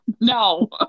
No